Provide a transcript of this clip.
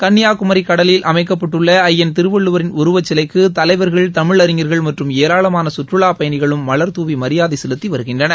கள்ளியாகுமரி கடலில் அமைக்கப்பட்டு ஐயன் திருவள்ளுவரின் உருவச்சிலைக்கு தலைவர்கள் தமிழறிஞர்கள் மற்றும் ஏராளமான சுற்றுலாப் பயணிகளும் மலர்தூவி மரியாதை செலுத்தி வருகின்றனர்